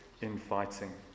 infighting